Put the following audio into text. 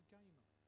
gamer